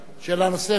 שאלה נוספת.